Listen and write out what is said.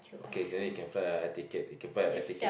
okay then you can buy a air ticket you can buy a air ticket